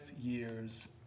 years